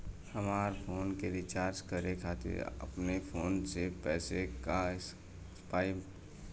हमार फोन के रीचार्ज करे खातिर अपने फोन से कैसे कर पाएम?